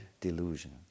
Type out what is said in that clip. delusion